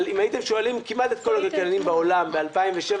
אבל ב-2007,